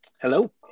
Hello